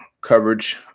coverage